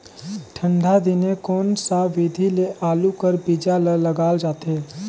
ठंडा दिने कोन सा विधि ले आलू कर बीजा ल लगाल जाथे?